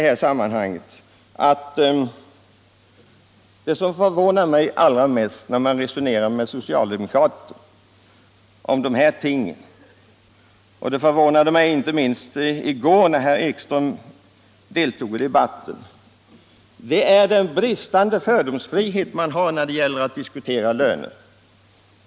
Det som förvånar mig allra mest när man resonerar med socialdemokrater om dessa ting — och det förvånade mig inte minst i går, när jag hörde herr Ekström i debatten — är de fördomar som på det hållet finns när det gäller att diskutera löner.